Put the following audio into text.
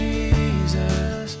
Jesus